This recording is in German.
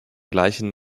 gleichen